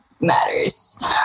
matters